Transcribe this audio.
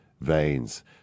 veins